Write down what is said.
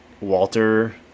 Walter